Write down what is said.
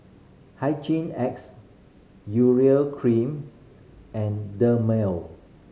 Hygin X Urea Cream and Dermale